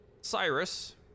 Cyrus